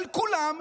כולם,